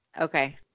Okay